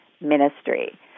ministry